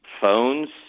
phones